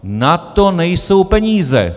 Na to nejsou peníze.